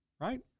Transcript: right